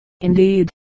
indeed